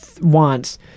wants